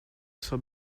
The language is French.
soit